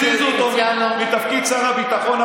רק כשהזיזו אותו מתפקיד שר הביטחון,